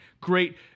great